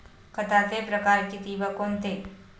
खताचे प्रकार किती व कोणते?